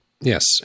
Yes